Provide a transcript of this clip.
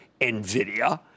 NVIDIA